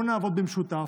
בואו נעבוד במשותף,